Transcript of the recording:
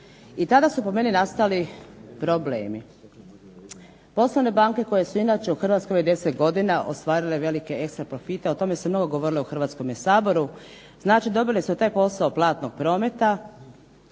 i tada su po meni nastali problemi. Poslovne banke koje su inače u Hrvatskoj već 10 godina ostvarile velike …/Govornica se ne razumije./… profite, o tome se mnogo govorilo u Hrvatskome saboru, znači dobile su taj posao platnog prometa.